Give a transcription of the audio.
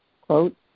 quote